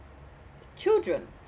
children